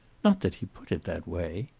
not that he put it that way.